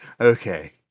Okay